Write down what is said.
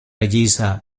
llisa